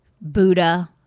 Buddha